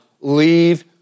leave